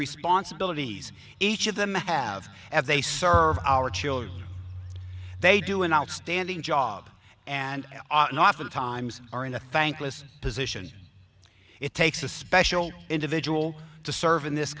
responsibilities each of them have as they serve our children they do an outstanding job and oftentimes are in a thankless position it takes a special individual to serve in this